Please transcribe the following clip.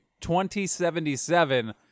2077